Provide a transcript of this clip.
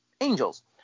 angels